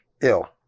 Ill